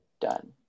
Done